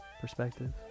perspective